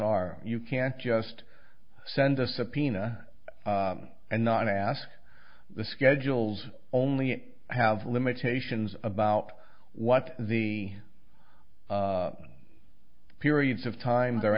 are you can't just send a subpoena and not ask the schedules only have limitations about what the periods of time they're